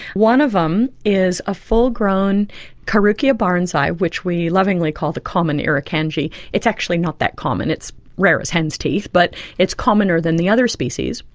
one of them is a full grown carukia barnesi, which we lovingly call the common irukandji. it's actually not that common, it's rare as hen's teeth, but it's commoner than the other species.